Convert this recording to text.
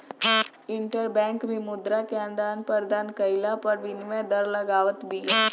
interbank भी मुद्रा के आदान प्रदान कईला पअ विनिमय दर लगावत बिया